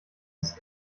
ist